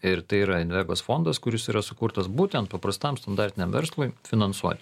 ir tai yra invegos fondas kuris yra sukurtas būtent paprastam standartiniam verslui finansuot